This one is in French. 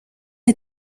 est